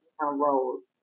roles